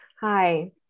Hi